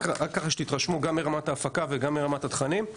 רק ככה שתתרשמו גם מרמת ההפקה וגם מרמת התכנים.